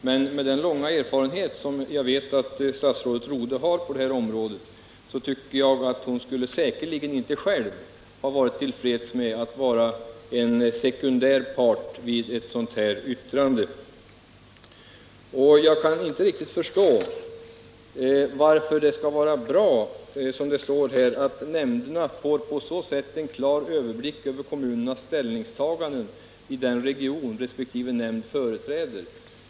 Men med den långa erfarenhet som jag vet att statsrådet Rodhe har på detta område tror jag att hon själv säkerligen inte skulle ha varit till freds med att vara en sekundär part vid avgivandet av ett sådant här yttrande. Jag kan inte riktigt förstå varför det skulle vara bra, som det står i svaret, att nämnderna får en klar överblick över kommunernas ställningstaganden i den region som resp. nämnd företräder.